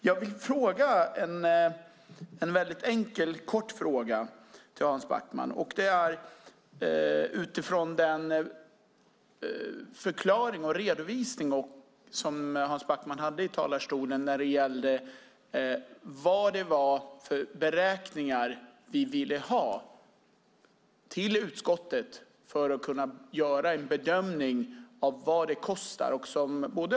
Jag vill ställa en enkel kort fråga till Hans Backman utifrån den förklaring och redovisning som han hade i talarstolen om vad det var för beräkningar vi ville ha till utskottet för att kunna göra en bedömning av vad det kostar.